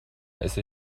esse